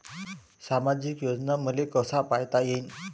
सामाजिक योजना मले कसा पायता येईन?